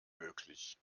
möglich